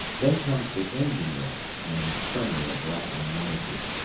then comes the engine-room, an inferno of rattling noises,